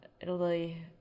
Italy